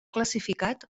classificat